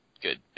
good